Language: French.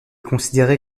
considéré